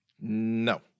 No